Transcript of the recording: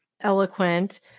eloquent